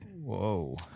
Whoa